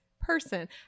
person